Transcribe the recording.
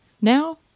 Now